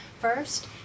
first